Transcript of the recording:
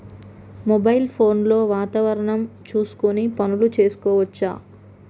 Mobile phone లో వాతావరణం చూసుకొని పనులు చేసుకోవచ్చా?